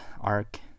arc